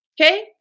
Okay